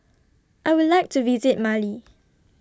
I Would like to visit Mali